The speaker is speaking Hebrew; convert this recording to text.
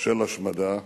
של השמדה,